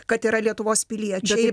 kad yra lietuvos piliečiai